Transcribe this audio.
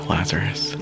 Lazarus